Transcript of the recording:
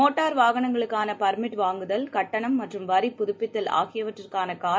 motor வாகனங்களுக்கான permit வாங்குதல் கட்டணம் மற்றும் வரி புதப்பித்தல் ஆகியவற்றக்கான கால